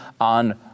on